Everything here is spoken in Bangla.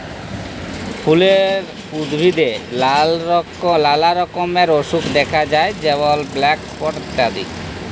ফুলের উদ্ভিদে লালা রকমের অসুখ দ্যাখা যায় যেমল ব্ল্যাক স্পট ইত্যাদি